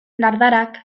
dardarak